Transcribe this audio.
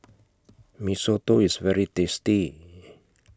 Mee Soto IS very tasty